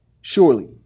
Surely